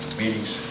meetings